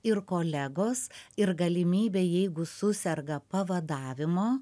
ir kolegos ir galimybė jeigu suserga pavadavimo